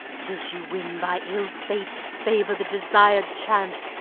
till she win by ill fate's favour the desired chance,